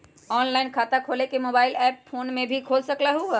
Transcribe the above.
Online खाता खोले के मोबाइल ऐप फोन में भी खोल सकलहु ह?